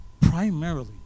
Primarily